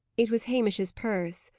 it was hamish's purse.